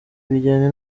bijyana